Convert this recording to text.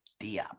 Diop